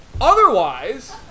Otherwise